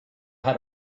had